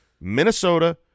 Minnesota